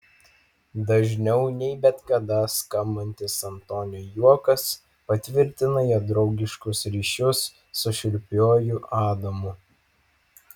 dažniau nei bet kada skambantis antonio juokas patvirtina jo draugiškus ryšius su šiurpiuoju adamu